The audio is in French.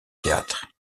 théâtre